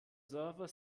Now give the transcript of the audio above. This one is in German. surfer